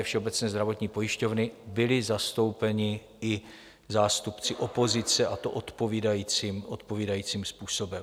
Všeobecné zdravotní pojišťovny byli zastoupeni i zástupci opozice, a to odpovídajícím způsobem.